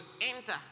enter